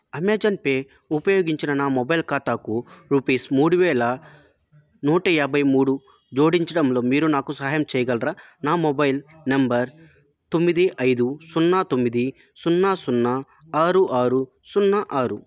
Amazon pay ఉపయోగించి నా mobile ఖాతాకు రూపీస్ మూడు వేల నూట యాభై మూడు జోడించడంలో మీరు నాకు సహాయం చేయగలరా నా మొబైల్ నెంబర్ తొమ్మిది ఐదు సున్నా తొమ్మిది సున్నా సున్నా ఆరు ఆరు సున్నా ఆరు